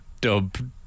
dub